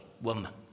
woman